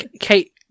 Kate